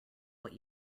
what